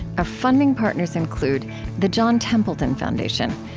our funding partners include the john templeton foundation,